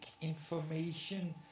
information